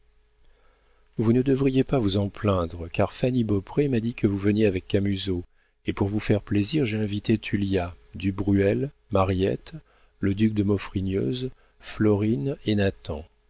vous ne devriez pas vous en plaindre car fanny beaupré m'a dit que vous veniez avec camusot et pour vous faire plaisir j'ai invité tullia du bruel mariette le duc de maufrigneuse florine et